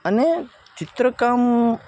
અને ચિત્રકામ